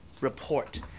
report